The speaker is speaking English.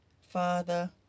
father